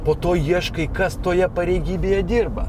po to ieškai kas toje pareigybėje dirba